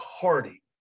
party